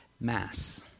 mass